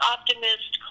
Optimist